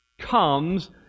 comes